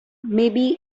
maybe